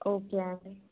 okay అండి